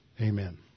Amen